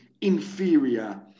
inferior